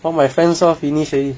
all my friends all finish already